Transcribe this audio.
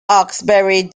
hawkesbury